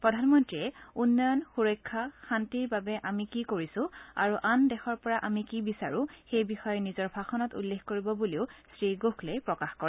প্ৰধানমন্ত্ৰীয়ে উন্নয়ন সুৰক্ষা শান্তিৰ বাবে আমি কি কৰিছো আৰু আন দেশৰ পৰা আমি কি বিচাৰো সেই বিষয়ে নিজৰ ভাষণত উল্লেখ কৰিব বুলিও শ্ৰীগোখলেই প্ৰকাশ কৰে